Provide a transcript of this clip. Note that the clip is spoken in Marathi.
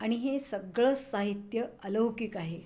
आणि हे सगळं साहित्य अलौकिक आहे